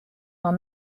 are